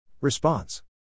Response